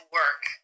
work